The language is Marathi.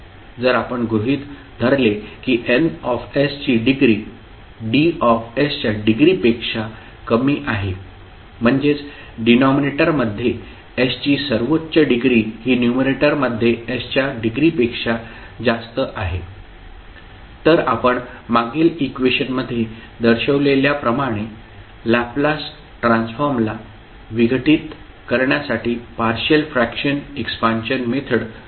जर आपण गृहित धरले की N ची डिग्री D च्या डिग्रीपेक्षा कमी आहे म्हणजेच डिनॉमिनेटरमध्ये s ची सर्वोच्च डिग्री ही न्युमरेटरमध्ये s च्या डिग्री पेक्षा जास्त आहे तर आपण मागील इक्वेशनमध्ये दर्शविलेल्याप्रमाणे लॅपलास ट्रान्सफॉर्मला विघटित करण्यासाठी पार्शियल फ्रॅक्शन एक्सपान्शन मेथड लागू करू शकतो